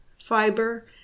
fiber